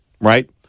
right